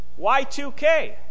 Y2K